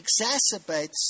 exacerbates